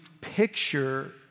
picture